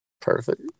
Perfect